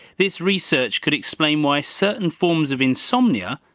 this research could explain why certain forms of insomnia,